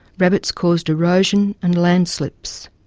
rabbits caused erosion and land slips.